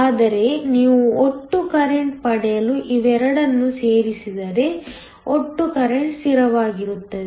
ಆದರೆ ನೀವು ಒಟ್ಟು ಕರೆಂಟ್ ಪಡೆಯಲು ಇವೆರಡನ್ನೂ ಸೇರಿಸಿದರೆ ಒಟ್ಟು ಕರೆಂಟ್ ಸ್ಥಿರವಾಗಿರುತ್ತದೆ